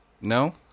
No